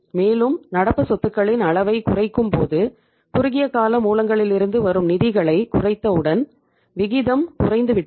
மேலும் நடப்பு சொத்துகளின் அளவைக் குறைக்கும் பொது குறுகிய கால மூலங்களிலிருந்து வரும் நிதிகளை குறைத்த உடன் விகிதம் குறைந்து விட்டது